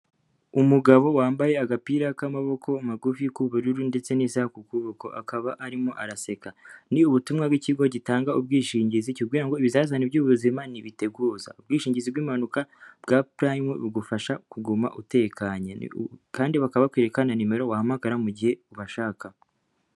Umugabo wambaye agapira k'amaboko magufi k'ubururu ndetse n'isaha kuboko, akaba arimo araseka, ni ubutumwa bw'ikigo gitanga ubwishingizi kikubwira ngo ibizazane by'ubuzima ntibiteguza, ubwishingizi bw'impanuka bwa Prime bugufasha kuguma utekanye, kandi bakaba bakwereka nimero wahamagara mugihe ubashaka.